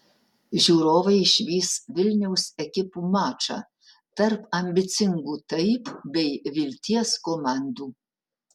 žiūrovai išvys vilniaus ekipų mačą tarp ambicingų taip bei vilties komandų